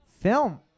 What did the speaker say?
film